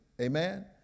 Amen